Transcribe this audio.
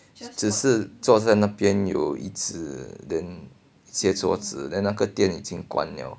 只是坐在那边有椅子 then 一些桌子 then 那个店已经关了